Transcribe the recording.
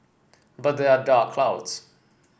but there are dark clouds